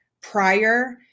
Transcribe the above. prior